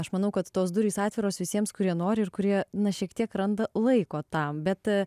aš manau kad tos durys atviros visiems kurie nori ir kurie na šiek tiek randa laiko tam bet